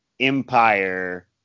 Empire